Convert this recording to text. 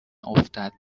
افتاد